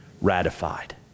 ratified